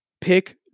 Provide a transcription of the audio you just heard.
Pick